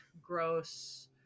gross